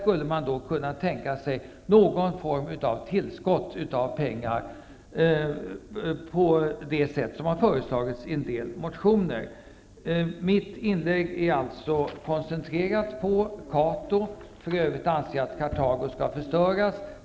Man borde kunna tänka sig någon form av tillskott av pengar på de sätt som föreslagits i en del motioner. Mitt inlägg är alltså koncentrerat på Cato: För övrigt anser jag att Kartago bör förstöras.